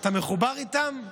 אתה מחובר איתם?